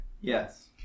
Yes